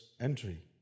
entry